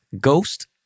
ghost